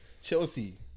Chelsea